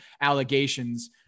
allegations